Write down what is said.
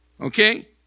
Okay